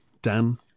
Dan